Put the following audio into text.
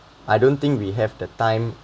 I don't think we have the time